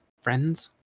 friends